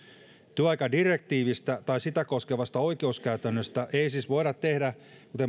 työaikadirektiivistä tai sitä koskevasta oikeuskäytännöstä ei siis voida tehdä kuten